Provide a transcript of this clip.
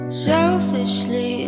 selfishly